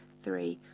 three,